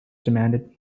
demanded